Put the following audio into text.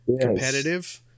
competitive